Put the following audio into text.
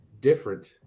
different